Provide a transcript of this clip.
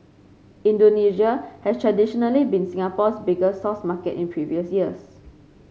Indonesia has traditionally been Singapore's biggest source market in previous years